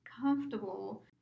comfortable